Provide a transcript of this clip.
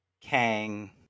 Kang